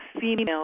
female